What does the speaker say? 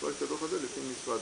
לפרק את הדוח הזה לפי משרדים,